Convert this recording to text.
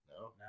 No